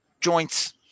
joints